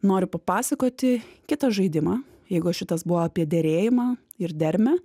noriu papasakoti kitą žaidimą jeigu šitas buvo apie derėjimą ir dermę